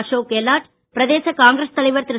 அசோக் கெலாட் பிரதேச காங்கிரஸ் தலைவர் திரு